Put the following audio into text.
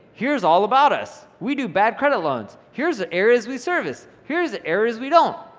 here's all about us, we do bad credit loans, here's the areas we service, here's the areas we don't.